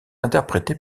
interprétée